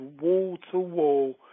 wall-to-wall